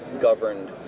governed